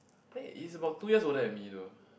eh he's about two years older than me though